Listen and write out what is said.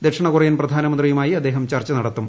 ദക്ഷിണകൊറിയൻ പ്രധാനമന്ത്രിയുമായി അദ്ദേഹം ചർച്ച് നടത്തും